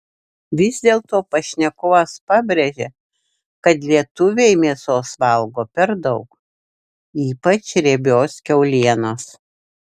vis dėlto pašnekovas pabrėžia kad lietuviai mėsos valgo per daug ypač riebios kiaulienos